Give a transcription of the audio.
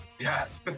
Yes